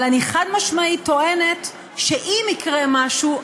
אבל אני חד-משמעית טוענת שאם יקרה משהו,